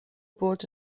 bod